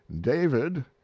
David